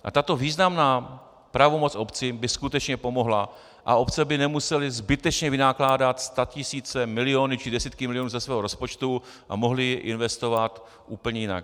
A tato významná pravomoc obcím by skutečně pomohla a obce by nemusely zbytečně vynakládat statisíce, miliony či desítky milionů ze svého rozpočtu a mohly investovat úplně jinak.